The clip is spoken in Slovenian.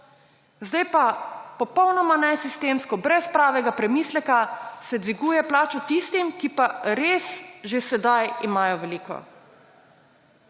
zdaj pa popolnoma nesistemsko, brez pravega premisleka, se dviguje plačo tistim, ki pa res že sedaj imajo veliko.